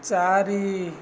ଚାରି